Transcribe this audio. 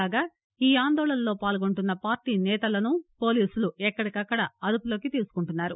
కాగా ఈ ఆందోళనలో పాల్గొంటున్న పార్టీ నేతలను పోలీసులు ఎక్కడికక్కడ అదుపులోకి తీసుకుంటున్నారు